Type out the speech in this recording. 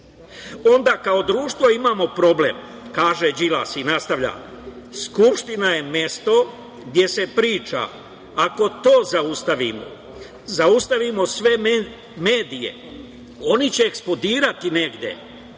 onda kao društvo imamo problem“, kaže Đilas i nastavlja: „Skupština je mesto gde se priča, ako to zaustavimo, zaustavimo sve medije oni će eksplodirati negde.